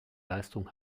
leistung